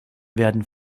werden